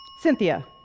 Cynthia